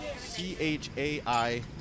c-h-a-i